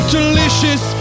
Delicious